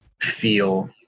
feel